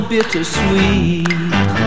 bittersweet